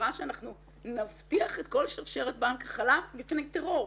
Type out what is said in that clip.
דרש שאנחנו נבטיח את כל שרשרת בנק החלב מפני טרור.